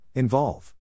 Involve